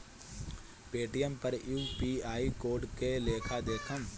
Paytm पर UPI code के लेखा देखम?